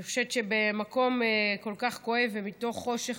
אני חושבת שבמקום כל כך כואב ומתוך חושך